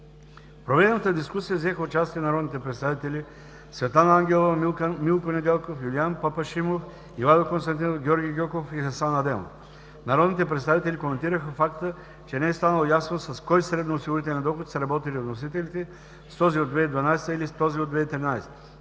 В проведената дискусия взеха участие народните представители Светлана Ангелова, Милко Недялков, Юлиян Папашимов, Ивайло Константинов, Георги Гьоков и Хасан Адемов. Народните представители коментираха факта, че не е станало ясно с кой средно осигурителен доход са работили вносителите – с този от 2012 г., или с този от 2013